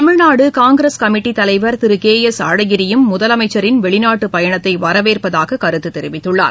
தமிழ்நாடு காங்கிரஸ் கமிட்டித் தலைவர் Thiru K S அழகிரியும் முதலமைச்சரின் வெளிநாட்டுப் பயணத்தை வரவேற்பதாக கருத்து தெரிவித்துள்ளார்